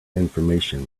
information